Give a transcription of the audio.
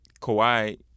Kawhi